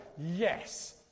Yes